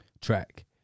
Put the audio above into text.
track